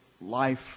life